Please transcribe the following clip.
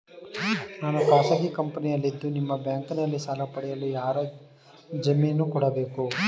ನಾನು ಖಾಸಗಿ ಕಂಪನಿಯಲ್ಲಿದ್ದು ನಿಮ್ಮ ಬ್ಯಾಂಕಿನಲ್ಲಿ ಸಾಲ ಪಡೆಯಲು ಯಾರ ಜಾಮೀನು ಕೊಡಬೇಕು?